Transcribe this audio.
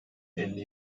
elli